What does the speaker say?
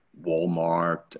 Walmart